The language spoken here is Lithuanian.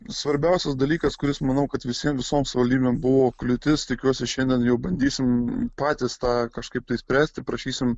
svarbiausias dalykas kuris manau kad visiems visoms savivaldybėm buvo kliūtis tikiuosi šiandien jau bandysim patys tą kažkaip tai spręsti prašysim